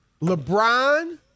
LeBron